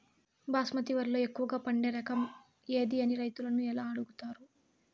బాస్మతి వరిలో ఎక్కువగా పండే రకం ఏది అని రైతులను అడుగుతాను?